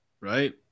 Right